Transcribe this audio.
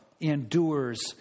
endures